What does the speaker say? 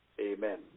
Amen